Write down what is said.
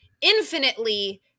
infinitely